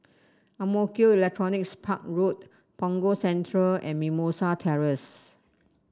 Ang Mo Kio Electronics Park Road Punggol Central and Mimosa Terrace